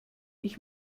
ich